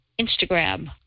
Instagram